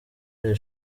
iri